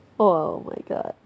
oh my god